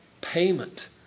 payment